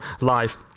life